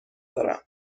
دارم